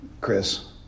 Chris